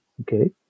okay